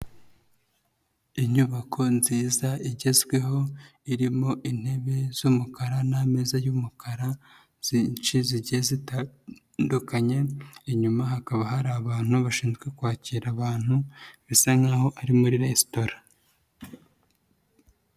Inyubako nziza igezweho, irimo intebe z'umukara n'ameza y'umukara, zinshi zigiye zitandukanye, inyuma hakaba hari abantu bashinzwe kwakira abantu, bisa nkaho ari muri resitora.